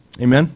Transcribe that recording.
Amen